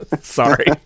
Sorry